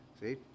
see